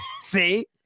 See